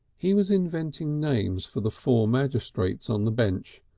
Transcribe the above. he was inventing names for the four magistrates on the bench,